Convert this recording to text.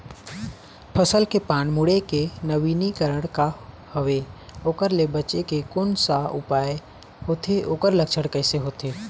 फसल के पान मुड़े के नवीनीकरण का हवे ओकर ले बचे के कोन सा उपाय होथे ओकर लक्षण कैसे होथे?